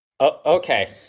Okay